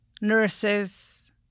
nurses